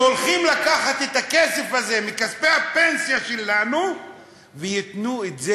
שהולכים לקחת את הכסף הזה מכספי הפנסיה שלנו וייתנו את זה